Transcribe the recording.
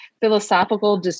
philosophical